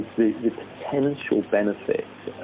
the the potential benefit.